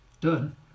Done